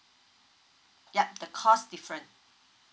yup the cost different